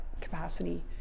capacity